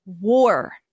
war